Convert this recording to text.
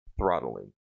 throttling